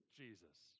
jesus